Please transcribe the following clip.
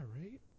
right